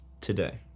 today